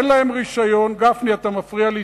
אין להם רשיון, גפני, אתה מפריע לי.